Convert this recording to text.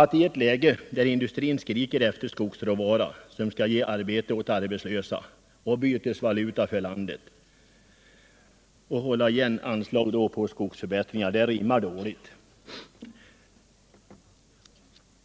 Att i ett läge där industrin skriker efter skogsråvara som skall ge arbete åt arbetslösa och bytesvaluta för landet då hålla tillbaka anslagen till skogsförbättringar är inte rimligt.